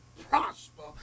prosper